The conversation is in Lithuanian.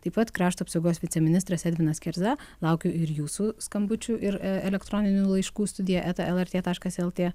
taip pat krašto apsaugos viceministras edvinas kerza laukiu ir jūsų skambučių ir elektroninių laiškų studija eta lr taškas lt